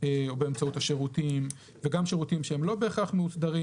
או באמצעות השירותים וגם שירותים שהם לא בהכרח מאוסדרים.